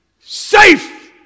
Safe